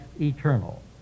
eternal